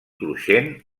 cruixent